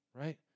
right